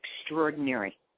extraordinary